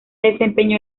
desempeñó